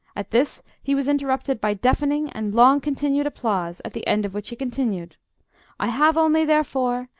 at this he was interrupted by deafening and long-continued applause, at the end of which he continued i have only therefore,